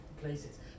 places